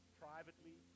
privately